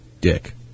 Dick